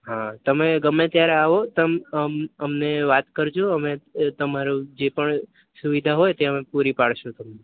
હા તમે ગમે ત્યારે આવો તમ અમ અમને વાત કરજો અમે તમારું જે પણ સુવિધા હોય તે અમે પૂરી પાડીશું તમને